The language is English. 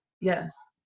Yes